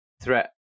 threat